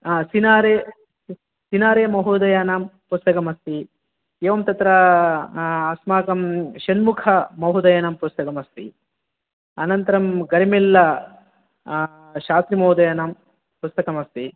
scenario तिनारे महोदयानां पुस्तकमस्ति एवं तत्र अस्माकं षण्मुखमहोदयानां पुस्तकमस्ति अनन्तरं घर्मिल्ल शास्त्रिमहोदयानां पुस्तकमस्ति